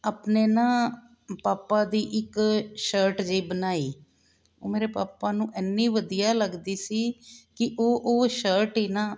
ਆਪਣੇ ਨਾ ਪਾਪਾ ਦੀ ਇੱਕ ਸ਼ਰਟ ਜਹੀ ਬਣਾਈ ਉਹ ਮੇਰੇ ਪਾਪਾ ਨੂੰ ਐਨੀ ਵਧੀਆ ਲੱਗਦੀ ਸੀ ਕੀ ਉਹ ਉਹ ਸ਼ਰਟ ਈ ਨਾ